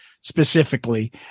specifically